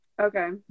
okay